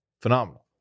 Phenomenal